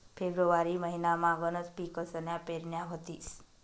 February महिनामा गनच पिकसन्या पेरण्या व्हतीस